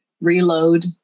reload